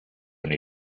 nei